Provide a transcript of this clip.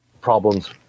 problems